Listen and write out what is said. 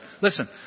listen